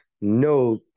no